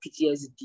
PTSD